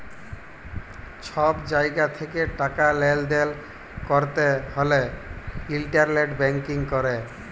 ছব জায়গা থ্যাকে টাকা লেলদেল ক্যরতে হ্যলে ইলটারলেট ব্যাংকিং ক্যরে